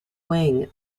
wing